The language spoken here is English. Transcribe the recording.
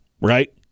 right